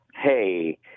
hey